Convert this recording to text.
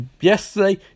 yesterday